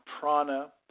prana